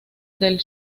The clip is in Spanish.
del